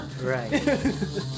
right